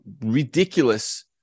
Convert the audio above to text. ridiculous